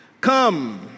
Come